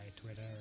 Twitter